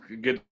good